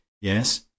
yes